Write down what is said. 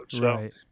Right